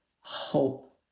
hope